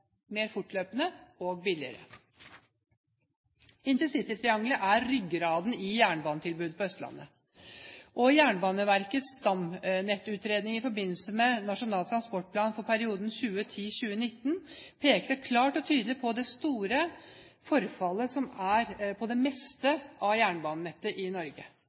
mer fortløpende og billigere. Intercitytriangelet er ryggraden i jernbanetilbudet på Østlandet. I Jernbaneverkets stamnettutredning i forbindelse med Nasjonal transportplan for perioden 2010–2019 pekes det klart og tydelig på det store forfallet som er på det meste av jernbanenettet i Norge.